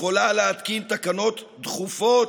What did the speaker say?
יכולה להתקין תקנות "דחופות",